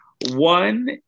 One